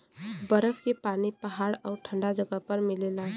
बरफ के पानी पहाड़ आउर ठंडा जगह पर मिलला